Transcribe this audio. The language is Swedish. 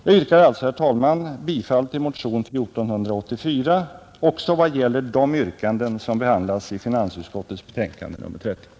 Jag yrkar alltså bifall till motionen 1484 i vad gäller de yrkanden som behandlas i finansutskottets betänkande nr 30.